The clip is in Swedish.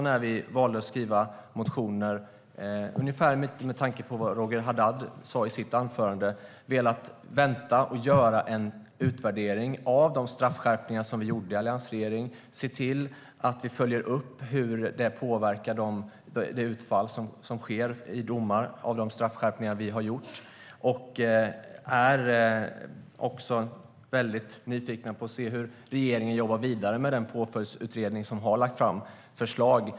När vi valde att skriva motioner har vi också, ungefär med tanke på vad Roger Haddad sa i sitt anförande, velat vänta och göra en utvärdering av de straffskärpningar som vi gjorde i alliansregeringen och se till att vi följer upp hur de straffskärpningar vi har gjort påverkar utfallet i domar. Vi är nyfikna på att se hur regeringen jobbar vidare med Påföljdsutredningen, som har lagt fram förslag.